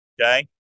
okay